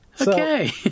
Okay